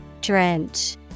Drench